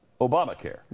Obamacare